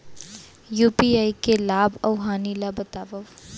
UPI के लाभ अऊ हानि ला बतावव